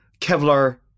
Kevlar